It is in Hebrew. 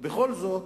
בכל זאת,